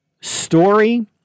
story